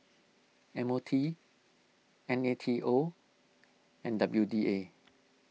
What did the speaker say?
M O T N A T O and W D A